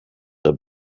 the